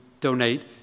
donate